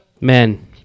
Men